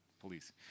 police